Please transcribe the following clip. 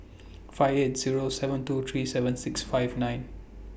five eight Zero seven two three seven six five nine